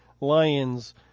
lions